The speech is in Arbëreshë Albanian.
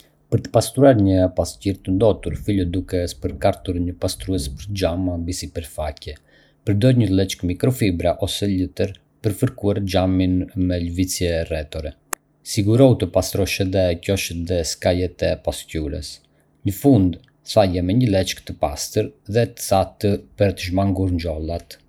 Për të pastruar një pasqyrë të ndotur, fillo duke spërkatur një pastrues për xhama mbi sipërfaqe. Përdor një leckë mikrofibre ose letër për të fërkuar xhamin me lëvizje rrethore. Sigurohu të pastrosh edhe qoshet dhe skajet e pasqyrës. Në fund, thaje me një leckë të pastër dhe të thatë për të shmangur njollat.